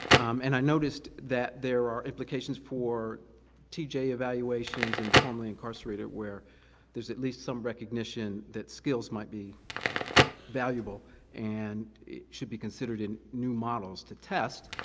and i noticed that there are implications for t j. evaluations and formerly incarcerated where there's at least some recognition that skills might be valuable and it should be considered in new models to test.